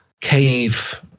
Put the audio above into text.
cave